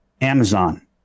amazon